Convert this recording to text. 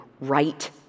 right